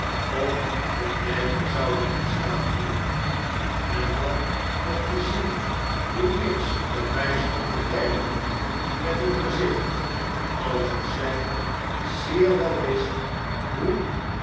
op dat hjfje zouden gestaan hebben en dan nog te zien hoe miggs er bij stond te kijken met een gezicht alsof zij zeer wel wist hoe